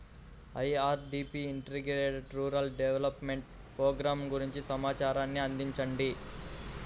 IRDP integrated rural development programme గురించి సమాచారాన్ని అందించండి?